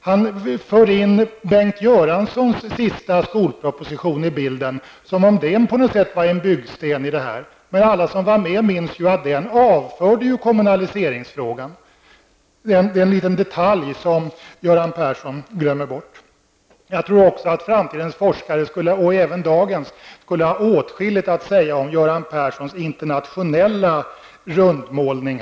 Han för in Bengt Göranssons sista skolproposition i bilden, som om denna på något sätt var en byggsten, men alla som var med minns ju att den avförde kommunaliseringsfrågan -- en liten detalj som Göran Persson glömde bort. Jag tror också att framtidens -- och även dagens -- forskare skulle ha åtskilligt att säga om Göran Perssons internationella rundmålning.